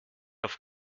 auf